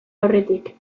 aurretik